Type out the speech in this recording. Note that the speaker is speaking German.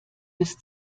bis